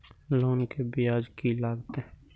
Loan के ब्याज की लागते?